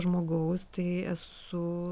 žmogaus tai esu